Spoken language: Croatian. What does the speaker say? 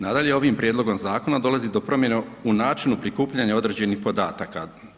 Nadalje, ovim prijedlogom zakona dolazi do promjene u načinu prikupljanja određenih podataka.